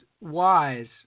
wise